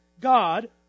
God